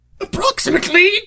Approximately